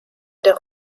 der